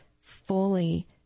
fully